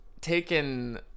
taken